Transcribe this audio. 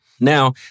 Now